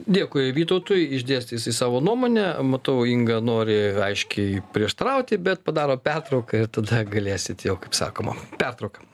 dėkui vytautui išdėstė jisai savo nuomonę matau inga nori aiškiai prieštarauti bet padarom pertrauką ir tada galėsit jau kaip sakoma pertrauka